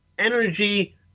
energy